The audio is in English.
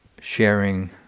sharing